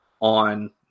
on